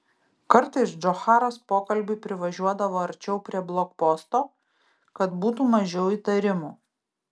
kartais džocharas pokalbiui privažiuodavo arčiau prie blokposto kad būtų mažiau įtarimų